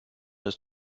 ist